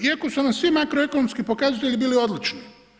Iako su nam svi makroekonomski pokazatelji bili odlični.